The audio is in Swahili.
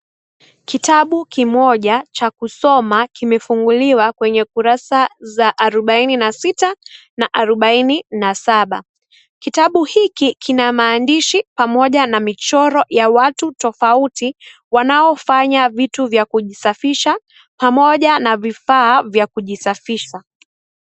kitabu kimoja cha kusoma kimefunguliwa kwenye kurasa za arubaini na sita na arobaini na saba, kitabu hiki kina maandishi pamoja na michoro ya watu tofauti wanaofanya vitu vya kujisafisha pamoja na vifaa vya kujisafisha.